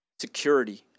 security